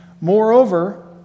Moreover